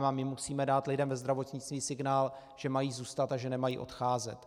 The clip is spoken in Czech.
A my musíme dát lidem ve zdravotnictví signál, že mají zůstat a že nemají odcházet.